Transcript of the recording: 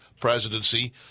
presidency